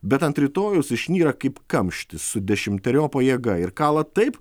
bet ant rytojaus išnyra kaip kamštis su dešimteriopa jėga ir kala taip